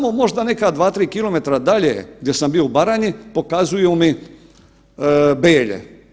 Samo možda neka 2, 3 km dalje gdje sam bio u Baranji pokazuju mi Belje.